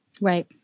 Right